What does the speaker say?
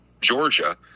Georgia